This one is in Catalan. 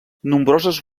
nombroses